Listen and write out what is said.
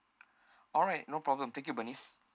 alright no problem thank you bernice